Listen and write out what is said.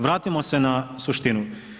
Vratimo se na suštinu.